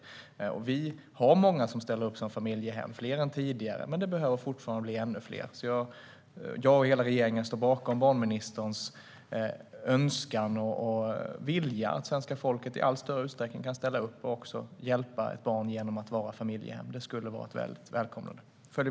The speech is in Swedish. Vi har många som ställer upp som familjehem - fler än tidigare - men det behöver fortfarande bli fler. Jag och hela regeringen står alltså bakom barnministerns önskan och vilja att svenska folket i allt större utsträckning ställer upp och hjälper ett barn genom att vara familjehem. Det vore väldigt välkommet.